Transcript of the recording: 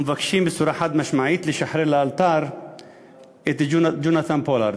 ומבקשים בצורה חד-משמעית לשחרר לאלתר את ג'ונתן פולארד.